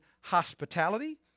hospitality